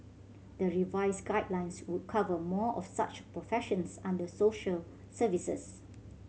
the revised guidelines would cover more of such professions under social services